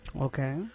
Okay